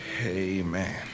Amen